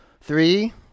Three